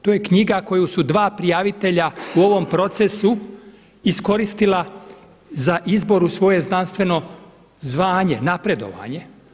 To je knjiga koju su dva prijavitelja u ovom procesu iskoristila za izbor u svoje znanstveno zvanje, napredovanje.